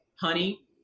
honey